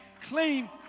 clean